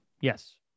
Yes